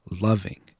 loving